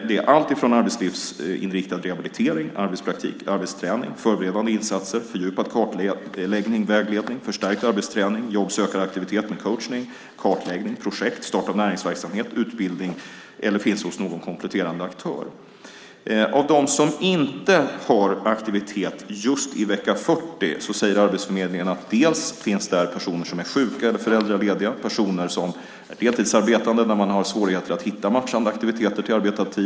Det är arbetslivsinriktad rehabilitering, arbetspraktik, arbetsträning, förberedande insatser, fördjupad kartläggning, vägledning, förstärkt arbetsträning, jobbsökaraktivitet med coachning, kartläggning, projekt, start av näringsverksamhet, utbildning eller aktivitet som finns hos någon kompletterande aktör. När det gäller dem som inte har aktivitet just i vecka 40 säger Arbetsförmedlingen att det finns personer som är sjuka eller föräldralediga och personer som är deltidsarbetande där man har svårigheter att hitta matchande aktiviteter till arbetad tid.